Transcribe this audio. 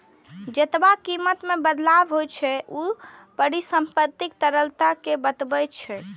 जेतबा कीमत मे बदलाव होइ छै, ऊ परिसंपत्तिक तरलता कें बतबै छै